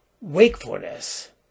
wakefulness